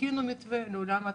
הכינו מתווה לעולם התרבות.